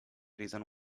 reason